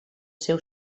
seu